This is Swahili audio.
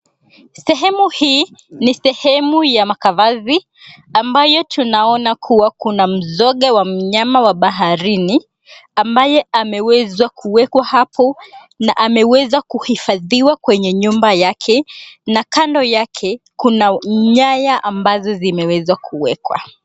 Sehemu hii ni sehemu ya makavazi ambayo tunaona kuwa kuna mzoga wa mnyama wa baharini, ambaye amewezwa kuwekwa hapo na ameweza kuhifadhiwa kwenye nyumba yake na kando yake, kuna nyaya ambazo zimeweza kuwekwa.